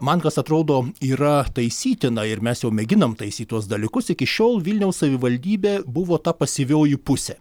man kas atrodo yra taisytina ir mes jau mėginam taisyt tuos dalykus iki šiol vilniaus savivaldybė buvo ta pasyvioji pusė